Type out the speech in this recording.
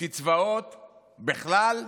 קצבאות בכלל,